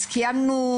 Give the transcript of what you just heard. אז קיימנו,